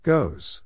Goes